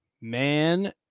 man